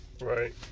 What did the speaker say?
Right